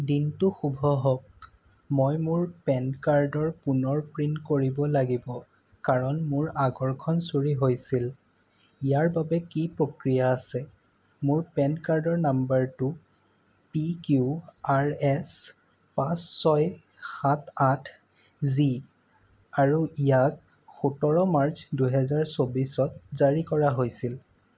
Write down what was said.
দিনটো শুভ হওক মই মোৰ পেন কাৰ্ডৰ পুনৰ প্ৰিণ্ট কৰিব লাগিব কাৰণ মোৰ আগৰখন চুৰি হৈছিল ইয়াৰ বাবে কি প্ৰক্ৰিয়া আছে মোৰ পেন কাৰ্ড নম্বৰটো পিকিউআৰএছ পাঁচ ছয় সাত আঠ জি আৰু ইয়াক সোতৰ মাৰ্চ দুহেজাৰ চৌবিছত জাৰি কৰা হৈছিল